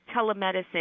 Telemedicine